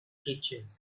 kitchen